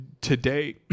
today